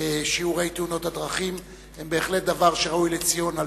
שיעורי תאונות הדרכים היא בהחלט דבר שראוי לציון.